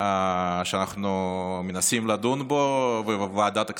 שאנחנו מנסים לדון בו בוועדת הכספים.